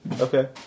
Okay